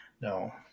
No